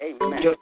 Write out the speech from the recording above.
Amen